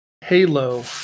Halo